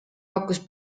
pakkus